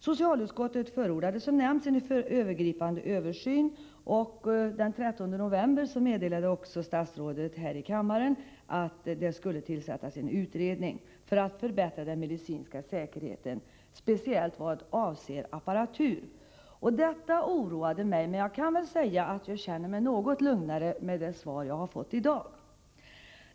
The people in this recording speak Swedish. Socialutskottet förordade en övergripande översyn, och den 13 november 1984 meddelade statsrådet här i kammaren att en utredning skulle tillsättas för att förbättra den medicinska säkerheten — speciellt vad avser apparatur. Detta oroade mig. Men jag kan väl säga att jag känner mig något lugnare med det svar jag har fått i dag.